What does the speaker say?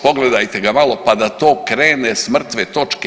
Pogledajte ga malo, pa da to krene s mrtve točke.